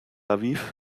aviv